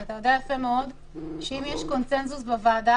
אתה יודע יפה מאוד שאם יש קונצנזוס בוועדה,